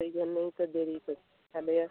সেই জন্যই তো দেরি